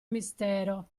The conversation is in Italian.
mistero